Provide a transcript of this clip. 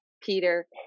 Peter